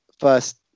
first